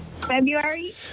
February